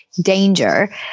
danger